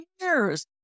years